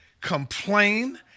complain